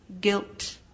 Guilt